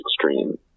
extreme